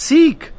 Seek